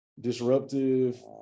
disruptive